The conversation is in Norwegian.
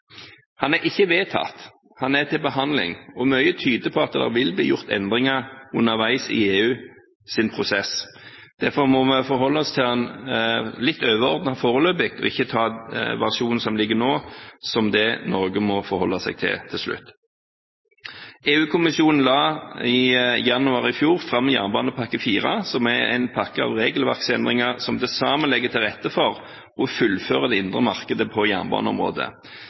er ikke vedtatt, den er til behandling, og mye tyder på at det vil bli gjort endringer underveis i EUs prosess. Derfor må vi forholde oss til den litt overordnet foreløpig og ikke ta versjonen som ligger nå som det Norge må forholde seg til, til slutt. EU-kommisjonen la i januar i fjor fram jernbanepakke IV, som er en pakke av regelverksendringer som til sammen legger til rette for å fullføre det indre markedet på jernbaneområdet.